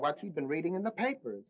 watching been reading in the papers